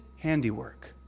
handiwork